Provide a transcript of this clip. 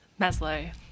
Maslow